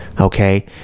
Okay